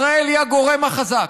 ישראל היא הגורם החזק.